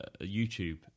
YouTube